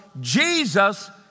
Jesus